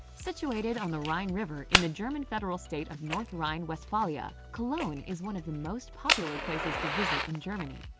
situated on the rhine river in the german federal state of north rhine-westphalia, cologne is one of the most popular places to visit in germany.